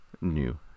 new